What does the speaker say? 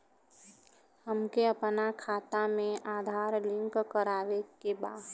हमके अपना खाता में आधार लिंक करावे के बा?